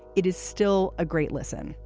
it is still a great listen.